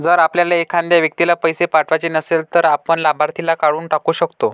जर आपल्याला एखाद्या व्यक्तीला पैसे पाठवायचे नसेल, तर आपण लाभार्थीला काढून टाकू शकतो